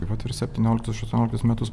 vat ir septynioliktus aštuonioliktus metus